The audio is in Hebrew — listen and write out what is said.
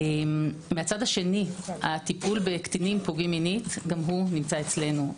מצד השני הטיפול בקטינים פוגעים מינית גם הוא נמצא אצלנו.